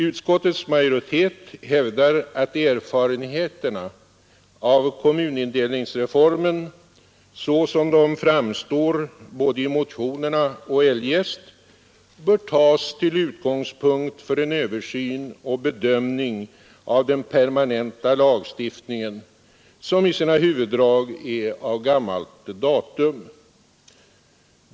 Utskottets majoritet hävdar att erfarenheterna av kommunindelningsreformen så som de framstår både i motionerna och eljest bör tas till utgångspunkt för en översyn och bedömning av den permanenta lagstiftningen, som i sina huvuddrag är av gammalt datum.